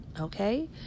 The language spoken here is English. okay